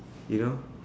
you know